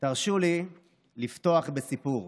תרשו לי לפתוח בסיפור.